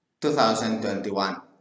2021